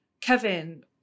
Kevin